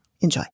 Enjoy